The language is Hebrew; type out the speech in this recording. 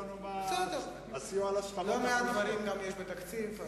מה הסיוע לשכבות, לא מעט דברים גם יש בתקציב.